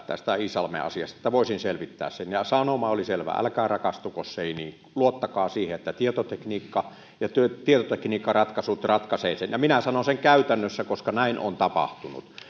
tästä iisalmen asiasta että voisin selvittää sen ja sanoma oli selvä älkää rakastuko seiniin luottakaa siihen että tietotekniikka ja tietotekniikkaratkaisut ratkaisevat sen minä sanon sen käytännössä koska näin on tapahtunut